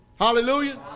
Hallelujah